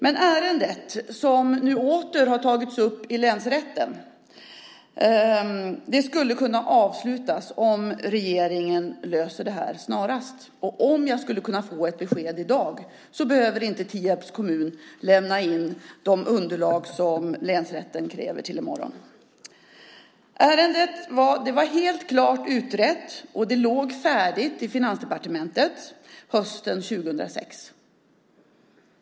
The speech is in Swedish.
Men ärendet, som nu åter har tagits upp i länsrätten, skulle kunna avslutas om regeringen löser det här snarast. Om jag skulle kunna få ett besked i dag så behöver inte Tierps kommun lämna in de underlag som länsrätten kräver till i morgon. Ärendet var helt utrett och klart. Det låg färdigt i Finansdepartementet hösten 2006.